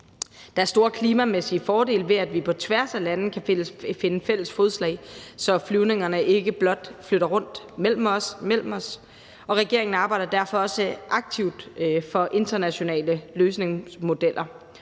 Der er store klimamæssige fordele ved, at vi på tværs af lande kan finde fælles fodslag, så flyvningerne ikke blot flytter rundt mellem os. Regeringen arbejder derfor også aktivt for internationale løsningsmodeller.